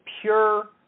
pure